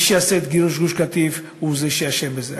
מי שעשה את גירוש גוש-קטיף הוא שאשם בזה.